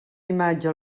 imatge